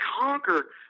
conquer